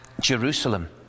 Jerusalem